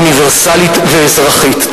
אוניברסלית ואזרחית.